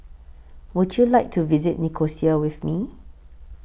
Would YOU like to visit Nicosia with Me